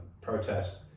protest